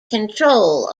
control